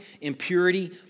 impurity